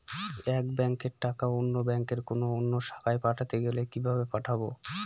এক ব্যাংকের টাকা অন্য ব্যাংকের কোন অন্য শাখায় পাঠাতে গেলে কিভাবে পাঠাবো?